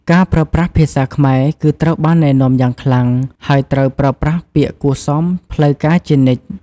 ការប្រើប្រាស់ភាសាខ្មែរគឺត្រូវបានណែនាំយ៉ាងខ្លាំង ហើយត្រូវប្រើប្រាស់ពាក្យគួរសមផ្លូវការជានិច្ច។